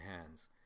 hands